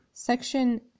section